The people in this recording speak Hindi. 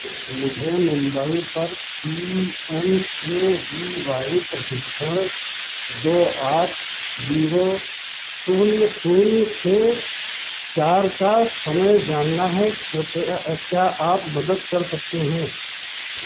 मुझे मुम्बई पर P M K V Y प्रशिक्षण दो आठ जीरो शून्य शून्य छः चार का समय जानना है क्योंकि क्या आप मदद कर सकते हैं